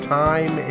time